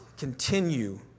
continue